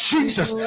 Jesus